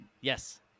yes